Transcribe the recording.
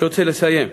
אני רוצה לסיים.